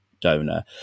donor